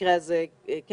במקרה הזה כן.